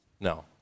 No